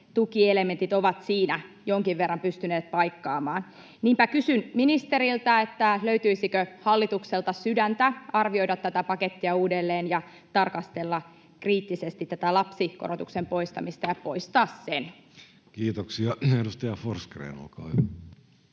tukielementit ovat siinä jonkin verran pystyneet paikkaamaan. Niinpä kysyn ministeriltä, löytyisikö hallitukselta sydäntä arvioida tätä pakettia uudelleen ja tarkastella kriittisesti tätä lapsikorotuksen poistamista ja poistaa se. Kiitoksia. — Edustaja Forsgrén, olkaa hyvä.